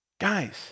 guys